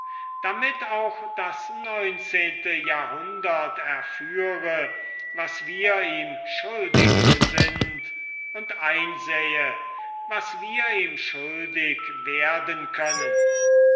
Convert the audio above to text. damit auch das neunzehnte jahrhundert erführe was wir ihm schuldig sind und einsähe was wir ihm schuldig werden können